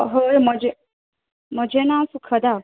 हय म्हजे म्हजे नांव सुखदा